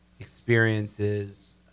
experiences